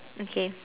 okay